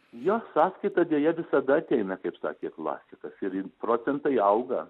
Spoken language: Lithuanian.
jos sąskaita deja visada ateina kaip sakė klasikas ir j procentai auga